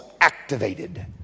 activated